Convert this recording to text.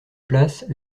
place